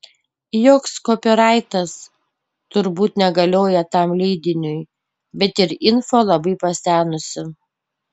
joks kopyraitas turbūt negalioja tam leidiniui bet ir info labai pasenusi